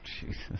Jesus